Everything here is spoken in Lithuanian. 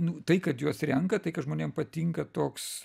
nu tai kad juos renka tai kad žmonėm patinka toks